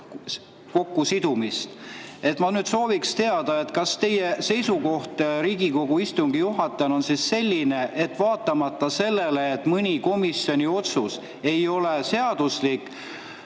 kokkusidumise. Ma sooviksin teada, kas teie seisukoht Riigikogu istungi juhatajana on selline, et vaatamata sellele, et mõni komisjoni otsus ei ole seaduslik,